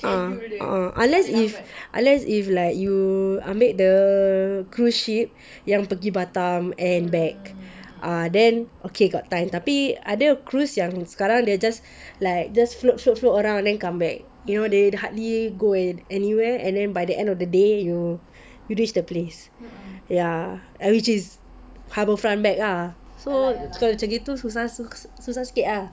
uh uh uh unless if unless if like you ah ambil the cruise ship yang pergi batam and back ah then okay got time tapi ada cruise yang sekarang they just like just float float float around then come back you know they hardly go and anyway and then by the end of the day you you reach the place ya and which is harbourfront and back lah so kalau macam gitu susah sikit ah